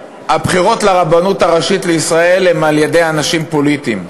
שהבחירות לרבנות הראשית לישראל הן על-ידי אנשים פוליטיים.